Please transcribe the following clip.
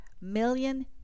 million